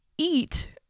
eat